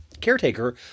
caretaker